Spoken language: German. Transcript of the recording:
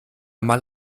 mal